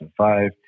2005